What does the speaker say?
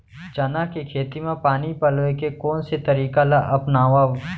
चना के खेती म पानी पलोय के कोन से तरीका ला अपनावव?